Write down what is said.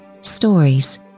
Stories